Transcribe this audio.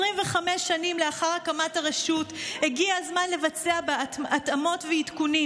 25 שנים לאחר הקמת הרשות הגיע הזמן לבצע בה התאמות ועדכונים: